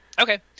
Okay